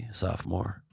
sophomore